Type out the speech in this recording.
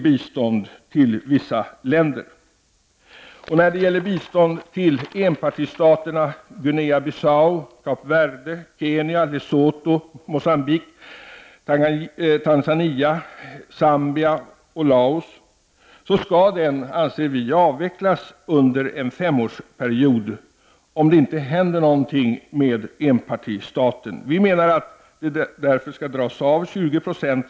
Biståndet till enpartistaterna Guinea-Bissau, Kap Verde, Kenya, Lesotho, Mogambique, Tanzania, Zambia och Laos skall avvecklas under en femårsperiod om det inte händer någonting med enpartistaten. Biståndet skall alltså minskas med 20 96 om året.